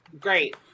Great